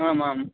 आमाम्